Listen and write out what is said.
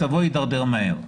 מצבו יידרדר מהר.